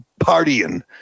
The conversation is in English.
partying